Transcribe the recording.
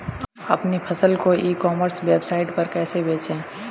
अपनी फसल को ई कॉमर्स वेबसाइट पर कैसे बेचें?